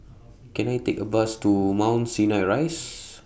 Can I Take A Bus to Mount Sinai Rise